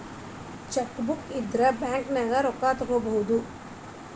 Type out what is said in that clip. chequebook ಇದ್ರ ಬ್ಯಾಂಕ್ನ್ಯಾಗ ರೊಕ್ಕಾ ತೊಕ್ಕೋಬಹುದು